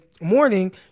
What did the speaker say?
morning